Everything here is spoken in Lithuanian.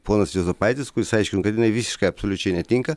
ponas juozapaitis kuris aiškino kad jinai visiškai absoliučiai netinka